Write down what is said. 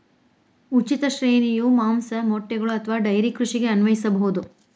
ಉಚಿತ ಶ್ರೇಣಿಯು ಮಾಂಸ, ಮೊಟ್ಟೆಗಳು ಅಥವಾ ಡೈರಿ ಕೃಷಿಗೆ ಅನ್ವಯಿಸಬಹುದು